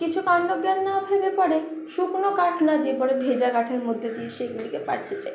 কিছু কাণ্ডজ্ঞান না ভেবে পরে শুকনো কাঠ না দিয়ে পরে ভেজা কাঠের মধ্যে দিয়ে সেগুলিকে পাড়তে চায়